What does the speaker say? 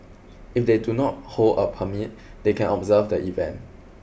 if they do not hold a permit they can observe the event